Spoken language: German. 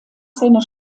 seiner